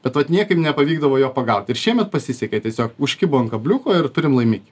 bet vat niekaip nepavykdavo jo pagauti ir šiemet pasisekė tiesiog užkibo ant kabliuko ir turim laimikį